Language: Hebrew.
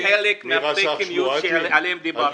זה חלק מהפייק-ניוז שעליו אני מדבר.